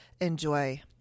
enjoy